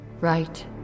right